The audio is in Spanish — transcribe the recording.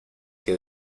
que